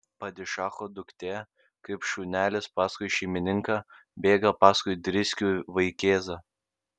padišacho duktė kaip šunelis paskui šeimininką bėga paskui driskių vaikėzą